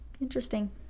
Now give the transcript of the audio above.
Interesting